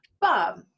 Bob